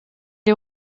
est